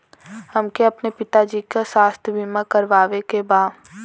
हमके अपने पिता जी के स्वास्थ्य बीमा करवावे के बा?